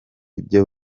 ibyo